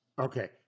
Okay